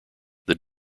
these